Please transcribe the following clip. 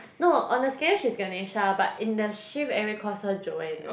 no on the schedule she's Ganesha but in the shift everybody calls her Joanne